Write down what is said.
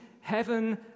heaven